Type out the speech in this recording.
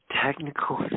Technical